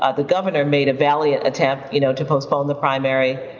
ah the governor made a valiant attempt you know to postpone the primary,